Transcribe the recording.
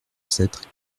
sept